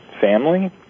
family